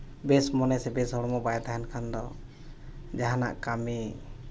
ᱵᱮᱥ ᱢᱚᱱᱮ ᱥᱮ ᱵᱮᱥ ᱦᱚᱲᱢᱚ ᱵᱟᱭ ᱛᱟᱦᱮᱱ ᱠᱷᱟᱱ ᱫᱚ ᱡᱟᱦᱟᱱᱜ ᱠᱟᱹᱢᱤ